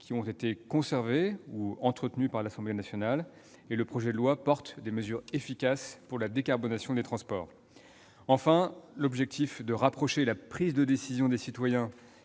qui ont été conservées ou entretenues par l'Assemblée nationale. Le projet de loi contient ainsi des mesures fortes pour la décarbonation des transports. Quant à l'objectif consistant à rapprocher la prise de décision des citoyens